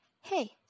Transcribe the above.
Hey